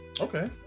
Okay